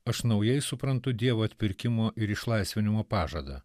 aš naujai suprantu dievo atpirkimo ir išlaisvinimo pažadą